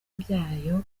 byayo